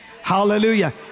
Hallelujah